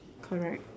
correct